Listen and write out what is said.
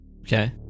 Okay